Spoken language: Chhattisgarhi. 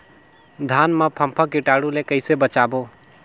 धान मां फम्फा कीटाणु ले कइसे बचाबो?